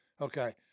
Okay